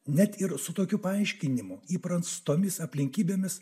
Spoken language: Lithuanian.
net ir su tokiu paaiškinimu įprastomis aplinkybėmis